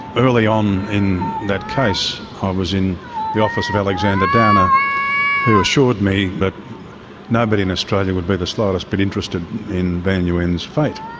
early on in that case i was in the office of alexander downer who assured me that nobody in australia would be the slightest bit interested in van nguyen's fate.